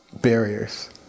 barriers